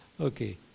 Okay